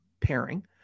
pairing